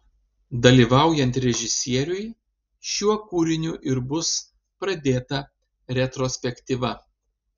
dalyvaujant režisieriui šiuo kūriniu ir bus pradėta retrospektyva